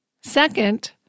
Second